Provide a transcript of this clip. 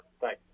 Thanks